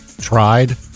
tried